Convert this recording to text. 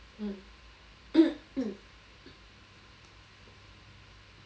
mm